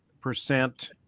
percent